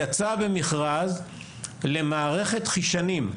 יצא במכרז למערכת חיישנים,